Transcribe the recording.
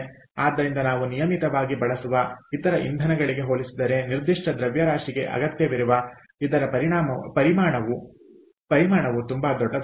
ಆದ್ದರಿಂದ ನಾವು ನಿಯಮಿತವಾಗಿ ಬಳಸುವ ಇತರ ಇಂಧನಗಳಿಗೆ ಹೋಲಿಸಿದರೆ ನಿರ್ದಿಷ್ಟ ದ್ರವ್ಯರಾಶಿಗೆ ಅಗತ್ಯವಿರುವ ಇದರ ಪರಿಮಾಣವು ತುಂಬಾ ದೊಡ್ಡದಾಗಿದೆ